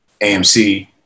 AMC